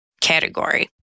category